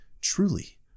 truly